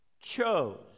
chose